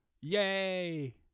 Yay